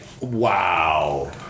wow